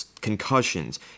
concussions